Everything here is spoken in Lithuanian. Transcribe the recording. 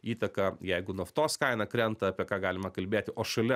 įtaka jeigu naftos kaina krenta apie ką galima kalbėti o šalia